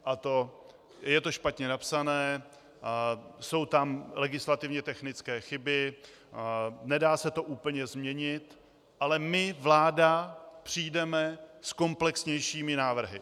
A to: Je to špatně napsané, jsou tam legislativně technické chyby, nedá se to úplně změnit, ale my, vláda, přijdeme s komplexnějšími návrhy.